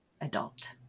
adult